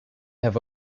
have